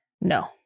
No